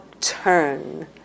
turn